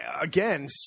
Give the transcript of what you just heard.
again